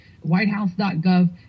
Whitehouse.gov